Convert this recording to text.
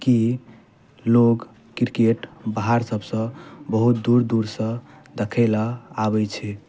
की लोग क्रिकेट बाहर सबसँ बहुत दूर दूरसँ देखय लऽ आबैत छै